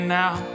now